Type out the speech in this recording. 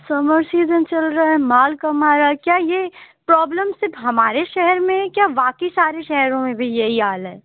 سمر season چل رہا ہے مال کم آرہا ہے کیا یہ پرابلم صرف ہمارے شہر میں ہے کیا باقی سارے شہروں میں بھی یہی حال ہے